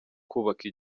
kubaka